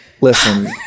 listen